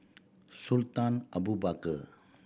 Sultan Abu Bakar